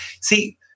See